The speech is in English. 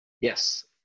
Yes